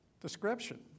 description